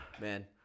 Man